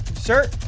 sir,